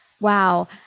Wow